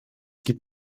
gibt